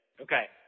okay